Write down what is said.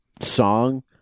song